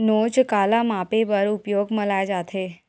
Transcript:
नोच काला मापे बर उपयोग म लाये जाथे?